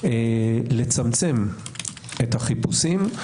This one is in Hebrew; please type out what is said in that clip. לצמצם את החיפושים,